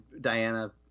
Diana